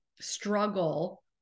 struggle